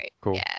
cool